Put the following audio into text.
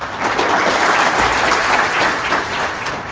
on